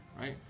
Right